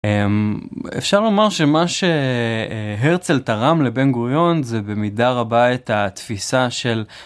אפשר לומר שמה שהרצל תרם לבן גוריון זה במידה רבה את התפיסה של.